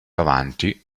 avanti